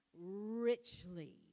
richly